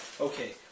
okay